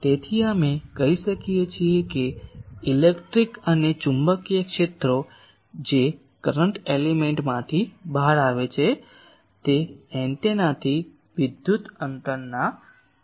તેથી અમે કહી શકીએ કે ઇલેક્ટ્રિક અને ચુંબકીય ક્ષેત્રો જે કરંટ એલિમેન્ટમાંથી બહાર આવે છે તે એન્ટેનાથી વિદ્યુત અંતરના કાર્યો છે